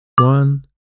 One